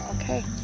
Okay